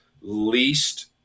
least